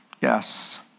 Yes